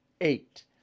Eight